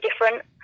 different